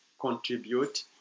contribute